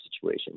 situation